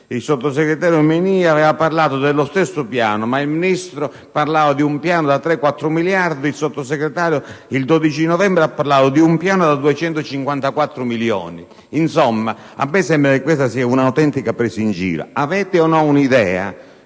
il sottosegretario Menia aveva parlato dello stesso piano, ma mentre il Ministro parlava di un piano da 3-4 miliardi di euro, il Sottosegretario, il 12 novembre, ha parlato di un piano da 254 milioni di euro. Insomma, mi sembra che questa sia un'autentica presa in giro. Avete o no idea